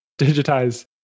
digitize